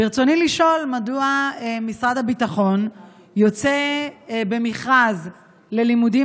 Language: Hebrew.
רצוני לשאול: מדוע משרד הביטחון יוצא במכרז ללימודים